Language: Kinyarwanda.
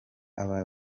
aba